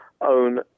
own